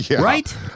right